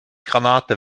granate